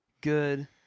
good